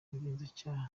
ubugenzacyaha